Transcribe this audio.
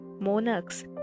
monarchs